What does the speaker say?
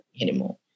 anymore